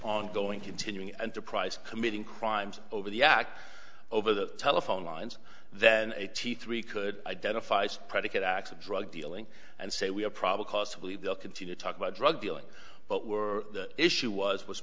ongoing continuing enterprise committing crimes over the act over the telephone lines then eighty three could identify as predicate acts of drug dealing and say we have probably cause to believe we'll continue to talk about drug dealing but we're the issue was